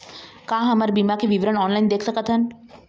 का हमर बीमा के विवरण ऑनलाइन देख सकथन?